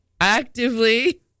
actively